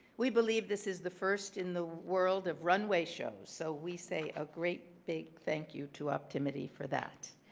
we believe this is the first in the world of runway shows so we say a great big thank you to optimity for that.